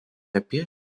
apie